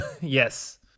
Yes